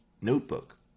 notebook